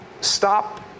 stop